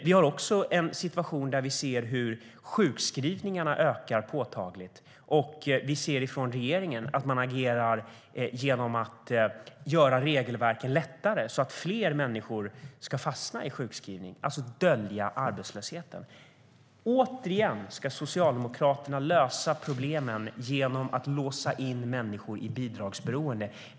Vi ser också hur sjukskrivningarna ökar påtagligt. Regeringen agerar genom att förenkla regelverken så att fler människor ska fastna i sjukskrivning - allt för att dölja arbetslösheten. Åter ska Socialdemokraterna lösa problemen genom att låsa in människor i bidragsberoende.